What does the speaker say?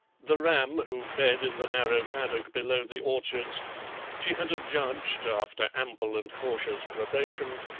the ram who fed in the narrow paddock below the orchards she had adjudged, after ample and cautious probation,